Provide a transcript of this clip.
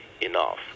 enough